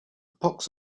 pox